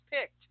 picked